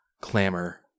clamor